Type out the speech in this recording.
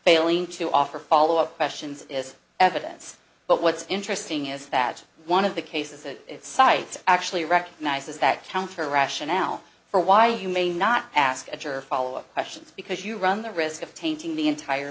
failing to offer follow up questions is evidence but what's interesting is that one of the cases that it cites actually recognizes that counter rationale for why you may not ask a juror follow up questions because you run the risk of tainting the entire